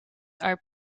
are